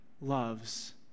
loves